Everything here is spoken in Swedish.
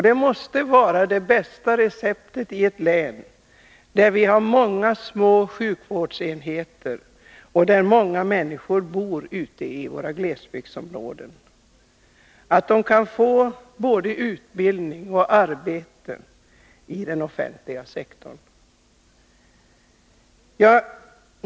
Det måste vara det rätta receptet i ett län där vi har många små sjukvårdsenheter, och där många människor bor i glesområden, att de kan få både utbildning och arbete i den offentliga sektorn.